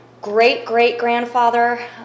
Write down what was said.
great-great-grandfather